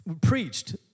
preached